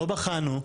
לא בחנו,